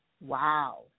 Wow